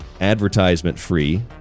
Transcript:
advertisement-free